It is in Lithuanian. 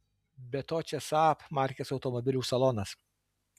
be to čia saab markės automobilių salonas